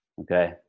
okay